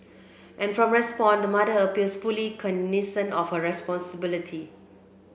and from the response the mother appears fully cognisant of her responsibility